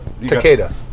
Takeda